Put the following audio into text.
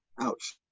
Ouch